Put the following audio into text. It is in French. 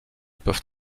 peuvent